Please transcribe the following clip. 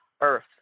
earth